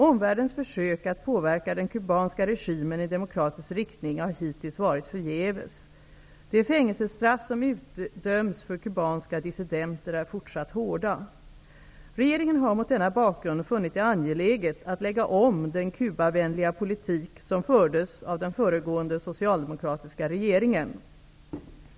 Omvärldens försök att påverka den kubanska regimen i demokratisk riktning har hittills varit förgäves. De fängelsestraff som utdöms för kubanska dissidenter är fortsatt hårda. Regeringen har mot denna bakgrund funnit det angeläget att lägga om den kubavänliga politik som fördes av den föregående socialdemokratiska regeringen.